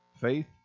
Faith